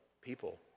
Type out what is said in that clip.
people